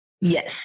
yes